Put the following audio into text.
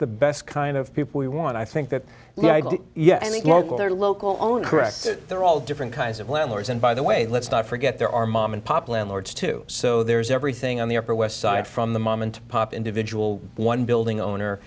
the best kind of people we want i think that yeah i think local their local own they're all different kinds of landlords and by the way let's not forget there are mom and pop landlords too so there's everything on the upper west side from the mom and pop individual one building owner